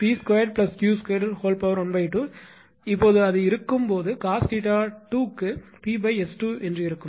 இப்போது அது இருக்கும்போது cos 𝜃2 க்கு 𝑃𝑆2 இருக்கும்